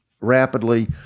rapidly